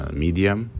medium